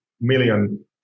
million